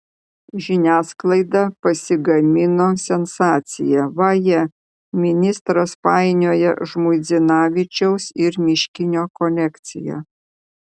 žiniasklaida pasigamino sensaciją vaje ministras painioja žmuidzinavičiaus ir miškinio kolekciją